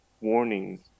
warnings